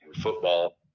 football